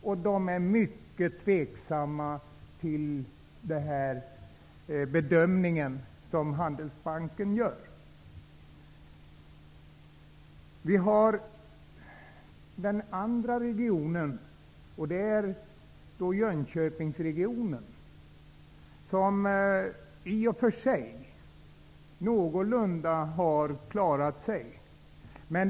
Där är man mycket tveksam till den bedömning som Handelsbanken gör. Den andra regionen är Jönköpingsregionen, som i och för sig har klarat sig någorlund.